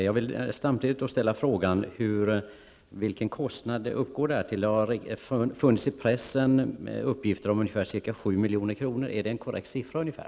Jag vill ställa frågan till vilken summa projektet belöper sig. Det har i pressen funnits uppgifter om att det gäller ca 7 milj.kr. Är det ungefärligen en korrekt uppgift?